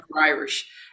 Irish